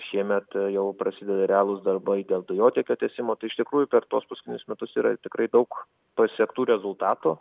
šiemet jau prasideda realūs darbai dėl dujotiekio tiesimo iš tikrųjų per tuos paskutinius metus yra tikrai daug pasiektų rezultatų